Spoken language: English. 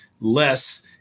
less